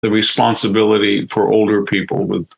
‫ההשכחה של אנשים עולם.